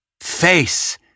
face